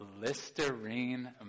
Listerine